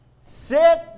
sit